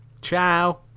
ciao